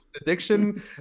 addiction